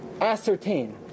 ascertain